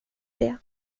det